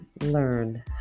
learn